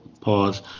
pause